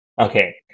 Okay